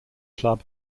club